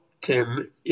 Tim